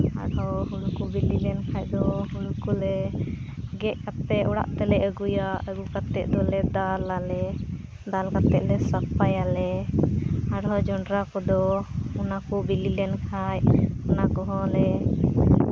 ᱟᱨᱦᱚᱸ ᱦᱳᱲᱳ ᱠᱚ ᱵᱤᱞᱤ ᱞᱮᱱᱠᱷᱟᱡ ᱫᱚ ᱦᱳᱲᱳ ᱠᱚᱞᱮ ᱜᱮᱫ ᱠᱟᱛᱮᱫ ᱚᱲᱟᱜ ᱛᱮᱞᱮ ᱟᱹᱜᱩᱭᱟ ᱟᱹᱜᱩ ᱠᱟᱛᱮᱫ ᱫᱚᱞᱮ ᱫᱟᱞ ᱟᱞᱮ ᱫᱟᱞ ᱠᱟᱛᱮᱫ ᱞᱮ ᱥᱟᱯᱷᱟᱭᱟᱞᱮ ᱟᱨᱦᱚᱸ ᱡᱚᱱᱰᱨᱟ ᱠᱚᱫᱚ ᱚᱱᱟ ᱠᱚ ᱵᱤᱞᱤ ᱞᱮᱱᱠᱷᱟᱡ ᱚᱱᱟ ᱠᱚᱦᱚᱸᱞᱮ